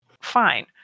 fine